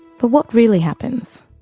but what really happens?